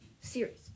Series